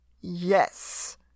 Yes